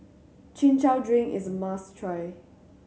Chin Chow drink is must try